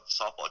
softball